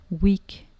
weak